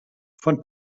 von